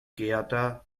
gerda